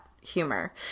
humor